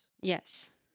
Yes